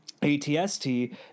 ATST